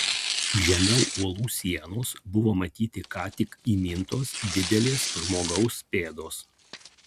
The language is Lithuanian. žemiau uolų sienos buvo matyti ką tik įmintos didelės žmogaus pėdos